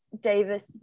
Davis